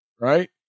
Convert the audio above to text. right